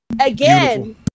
again